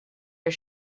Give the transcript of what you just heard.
are